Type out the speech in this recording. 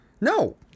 No